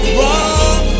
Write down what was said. run